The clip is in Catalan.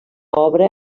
obra